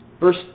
Verse